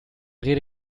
rede